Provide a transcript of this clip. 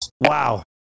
Wow